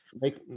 make